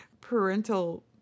Parental